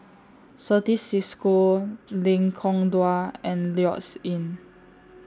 Certis CISCO Lengkong Dua and Lloyds Inn